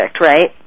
right